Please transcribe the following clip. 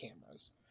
cameras